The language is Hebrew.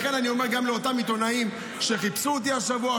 לכן אני אומר גם לאותם עיתונאים שחיפשו אותי השבוע,